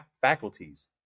faculties